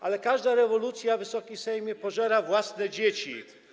Ale każda rewolucja, Wysoki Sejmie, pożera własne dzieci.